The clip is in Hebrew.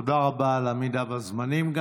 תודה רבה, גם על העמידה בזמנים.